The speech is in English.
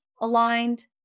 aligned